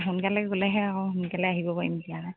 সোনকালে গ'লেহে আকৌ সোনকালে আহিব পাৰিম এতিয়া